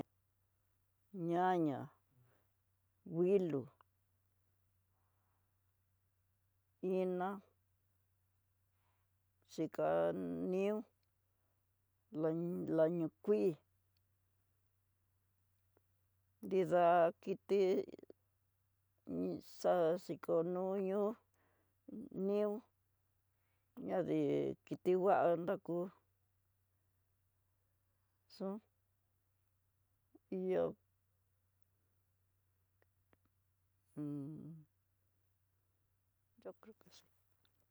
Ñaña, wuilú, iná, xhikaniú, la ño la ñó kuii, nridá kiti nizaá xiko noñó nió ña dí kiti ngua nrakó son ihó yo creo que son.